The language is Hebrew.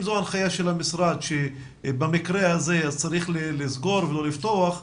אם זו הנחיה של המשרד שבמקרה הזה צריך לסגור ולא לפתוח,